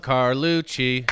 Carlucci